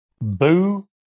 Boo